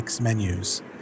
menus